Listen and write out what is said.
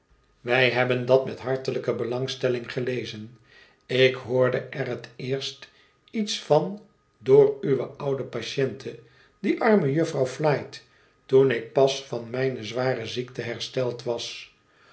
wij hebben dat met hartelijke belangstelling gelezen ik hoorde er het eerst iets van door uwe oude patiënte die arme jufvrouw elite toen ik pas van mijne zware ziekte hersteld was